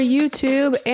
YouTube